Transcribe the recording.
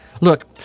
Look